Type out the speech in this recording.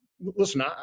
listen